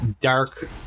dark